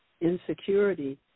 Insecurity